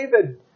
David